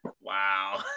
Wow